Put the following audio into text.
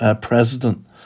president